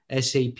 SAP